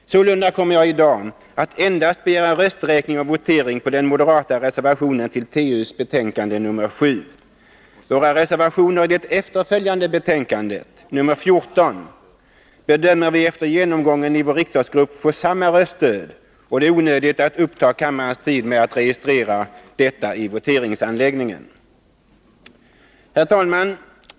Sålunda kommer jag i dag att endast begära rösträkning och votering i fråga om den moderata reservationen till trafikutskottets betänkande nr 7. Våra reservationer i det efterföljande betänkandet nr 14 bedömer vi efter genomgången i vår riksdagsgrupp få samma röststöd, och det är onödigt att uppta kammarens tid med att registrera detta i voteringsanläggningen. Herr talman!